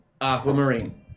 Aquamarine